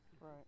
Right